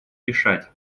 решать